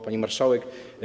Pani Marszałek!